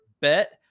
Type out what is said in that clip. bet